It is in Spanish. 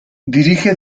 dirige